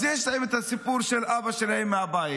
אז יש להם את הסיפור של אבא שלהם מהבית,